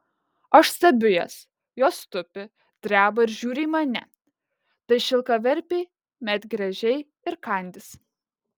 aš stebiu jas jos tupi dreba ir žiūri į mane tai šilkaverpiai medgręžiai ir kandys